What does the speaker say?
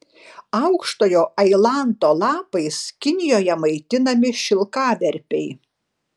aukštojo ailanto lapais kinijoje maitinami šilkaverpiai